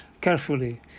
carefully